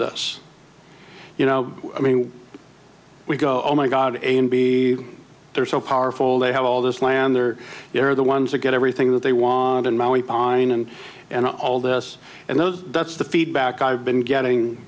this you know i mean we go oh my god a and b there are so powerful they have all this land there they're the ones that get everything that they want in mowing pine and and all this and those that's the feedback i've been getting